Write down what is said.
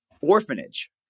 orphanage